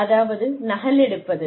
அதாவது நகலெடுப்பது